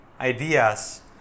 ideas